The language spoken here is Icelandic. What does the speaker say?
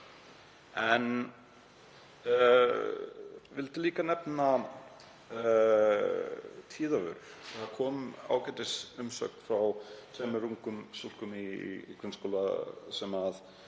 Ég vildi líka nefna tíðavörur. Það kom ágætisumsögn frá tveimur ungum stúlkum í grunnskóla sem